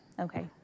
okay